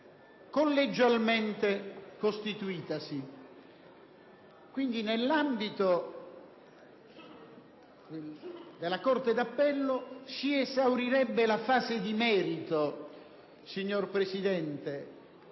collegialmente costituitasi. Quindi, nell'ambito della corte d'appello si esaurirebbe la fase di merito della richiesta